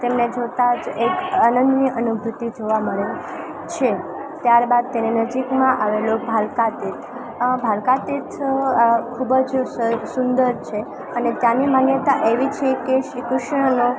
તેમને જોતા જ એક અનન્ય અનુભૂતિ જોવા મળે છે ત્યારબાદ તેની નજીકમાં આવેલો ભાલકા તીર્થ ભાલકા તીર્થ ખૂબ જ સુંદર છે અને ત્યાંની માન્યતા એવી છે કે શ્રી કૃષ્ણનો